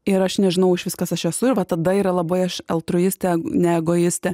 ir aš nežinau išvis kas aš esu ir va tada yra labai aš altruistė ne egoistė